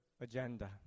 agenda